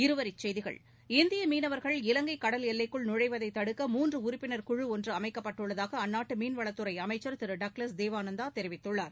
இருவரி செய்திகள் இந்திய மீனவர்கள் இலங்கை கடல் எல்லைக்குள் நுழைவதை தடுக்க மூன்று உறுப்பினர் குழு ஒன்று அமைக்கப்பட்டுள்ளதாக அந்நாட்டு மீன்வளத் துறை அமைச்சர் திரு டக்லஸ் தேவானந்தா தெரிவித்துள்ளார்